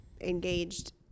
engaged